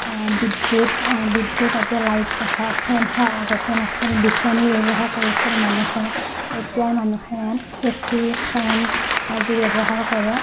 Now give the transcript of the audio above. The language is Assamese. বিদ্যুৎ বিদ্যুৎ এতিয়া লাইট হওক ফেন হওক আগতে নাছিল বিচনী ব্যৱহাৰ কৰিছিল মানুহে এতিয়াৰ মানুহে এ চি ফেন আদি ব্যৱহাৰ কৰে